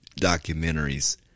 documentaries